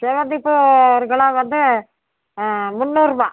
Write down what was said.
செவ்வந்தி பூ ஒரு கிலோ வந்து முந்நூறுரூவா